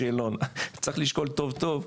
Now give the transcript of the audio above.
צריך לשקול טוב טוב,